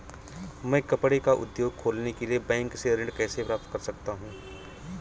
मैं कपड़े का उद्योग खोलने के लिए बैंक से ऋण कैसे प्राप्त कर सकता हूँ?